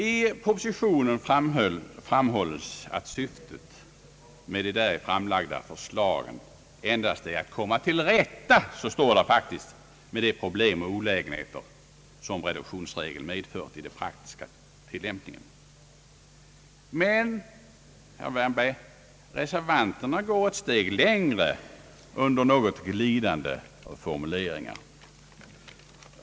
I propositionen framhålles att syftet med det däri framlagda förslaget endast är att »komma till rätta» — så står det faktiskt — med de problem och olägenheter som reduktionsregeln medför i den praktiska tillämpningen. Men, herr Wärnberg, reservanterna går ett steg längre under något glidande formuleringar.